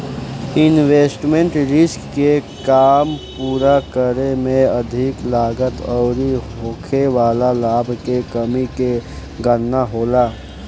investment risk के काम पूरा करे में अधिक लागत अउरी होखे वाला लाभ के कमी के गणना होला